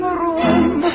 room